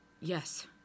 Yes